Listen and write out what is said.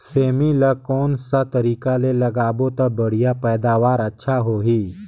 सेमी ला कोन सा तरीका ले लगाबो ता बढ़िया पैदावार अच्छा होही?